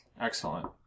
Excellent